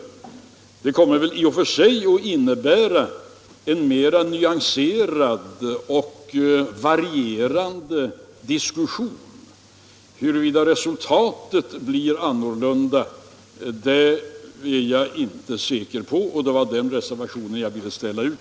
Det kommer väl i och för sig att medföra en mer nyanserad och varierad diskussion. Huruvida resultatet blir något annat är jag inte säker på. Det var den reservationen jag ville göra.